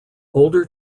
older